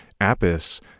Apis